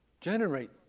generate